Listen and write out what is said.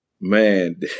man